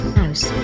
house